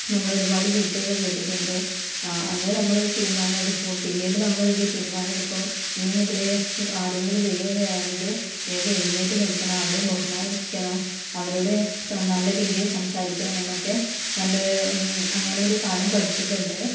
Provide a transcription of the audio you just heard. നമ്മളൊരുപാട് ചീത്തയൊക്കെ കേട്ടിട്ടുണ്ട് അന്ന് നമ്മളൊരു തീരുമാനം എടുക്കും പിന്നീട് നമ്മളൊരു തീരുമാനം എടുക്കും ഇനി മുതൽ ആരെങ്കിലും വരികയാണെങ്കിൽ വേഗം എഴുന്നേറ്റ് നിൽക്കണം അവരെ ബഹുമാനിക്കണം അവരോട് നല്ല രീതിയില് സംസാരിക്കണം എന്നൊക്കെ നല്ലൊരു അങ്ങനൊരു പാഠം പഠിച്ചിട്ടുണ്ട്